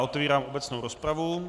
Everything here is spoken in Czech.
Otevírám obecnou rozpravu.